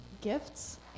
gifts